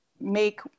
make